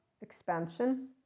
expansion